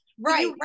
right